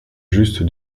juste